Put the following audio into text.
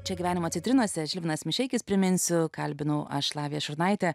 čia gyvenimo citrinose žilvinas mišeikis priminsiu kalbinau aš lavija šurnaitė